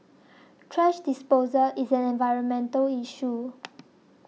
thrash disposal is an environmental issue